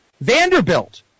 Vanderbilt